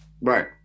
right